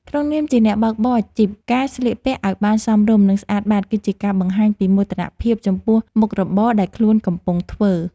ក្នុងនាមជាអ្នកបើកបរអាជីពការស្លៀកពាក់ឱ្យបានសមរម្យនិងស្អាតបាតគឺជាការបង្ហាញពីមោទនភាពចំពោះមុខរបរដែលខ្លួនកំពុងធ្វើ។